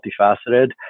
multifaceted